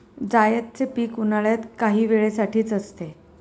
जायदचे पीक उन्हाळ्यात काही वेळे साठीच असते